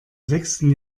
sechsten